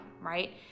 right